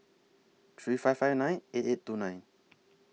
three five five nine eight eight two nine